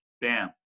bam